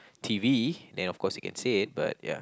t_v then of course you can see it but ya